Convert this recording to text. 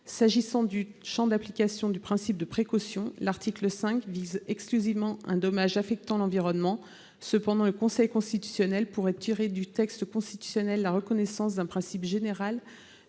S'agissant de son champ d'application, l'article 5 vise exclusivement un dommage affectant l'environnement. Cependant, le Conseil constitutionnel pourrait tirer du texte constitutionnel la reconnaissance d'un principe général